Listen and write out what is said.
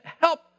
help